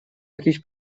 jakiś